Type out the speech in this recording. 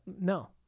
no